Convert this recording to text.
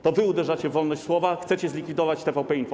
To wy uderzacie w wolność słowa, chcecie zlikwidować TVP Info.